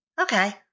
Okay